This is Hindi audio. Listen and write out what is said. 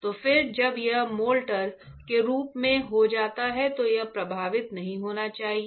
तो फिर जब यह मोल्टर के रूप में हो जाता है तो यह प्रभावित नहीं होना चाहिए